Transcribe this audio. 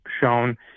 shown